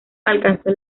alcanzó